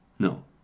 No